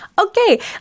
okay